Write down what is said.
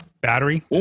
battery